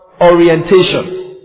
orientation